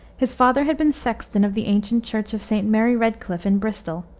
his father had been sexton of the ancient church of st. mary redcliff, in bristol,